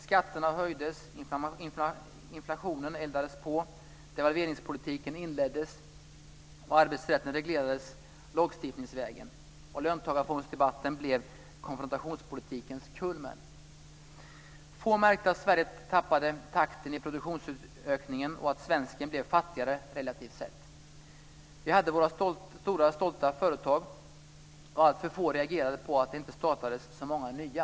Skatterna höjdes, inflationen eldades på, devalveringspolitiken inleddes, och arbetsrätten reglerades lagstiftningsvägen. Och löntagarfondsdebatten blev konfrontationspolitikens kulmen. Få märkte att Sverige tappade takten i produktivitetsökningen och att svensken blev fattigare relativt sett. Vi hade våra stora stolta företag, och alltför få reagerade på att det inte startades så många nya.